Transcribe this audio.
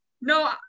No